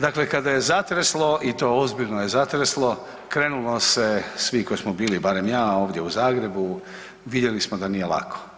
Dakle, kada je zatreslo i to ozbiljno je zatreslo krenulo se svi koji smo bili, barem ja ovdje u Zagrebu, vidjeli smo da nije lako.